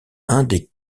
indique